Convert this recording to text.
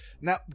Now